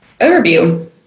overview